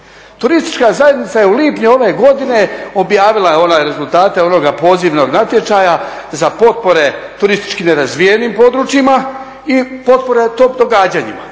Turistička zajednica je u lipnju ove godine objavila rezultate onoga pozivnog natječaja za potpore turistički nerazvijenim područjima i potpore … događanjima